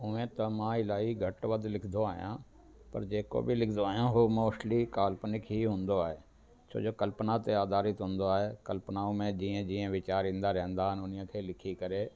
हूअं त मां इलाही घटि वधि लिखदो आहियां पर जेको बि लिखदो आहियां हो मोस्टली काल्पनिक ई हूंदो आहे छो जो कल्पना ते आधारित हूंदो आहे कल्पनाऊं में जीअं जीअं वीचार ईंदा रहंदा आहिनि हुन ई खे लिखी करे